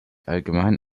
allgemein